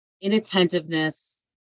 inattentiveness